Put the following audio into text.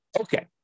Okay